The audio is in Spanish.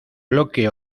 bloque